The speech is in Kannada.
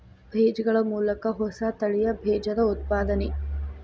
ಬೇಜಗಳ ಮೂಲಕ ಹೊಸ ತಳಿಯ ಬೇಜದ ಉತ್ಪಾದನೆ